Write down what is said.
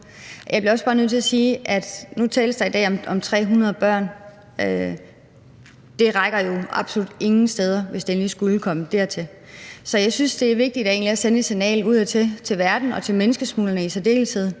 Jeg bliver også bare nødt til at sige, at nu tales der i dag om 300 børn, men det rækker jo absolut ingen steder, hvis det endelig skulle komme dertil. Så jeg synes egentlig, at det er vigtigt at sende et signal ud til verden og til menneskesmuglerne i særdeleshed